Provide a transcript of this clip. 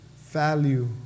value